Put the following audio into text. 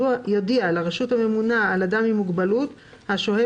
יודיע לרשות הממונה על אדם עם מוגבלות השוהה